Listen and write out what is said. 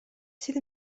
sydd